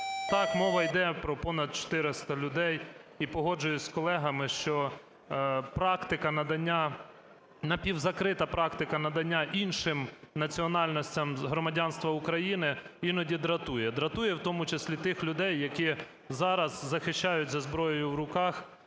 Так, мова іде про понад 400 людей. І погоджуюся з колегами, що практика надання, напівзакрита практика надання іншим національностям громадянства України іноді дратує. Дратує в тому числі тих людей, які зараз захищають зі зброєю в руках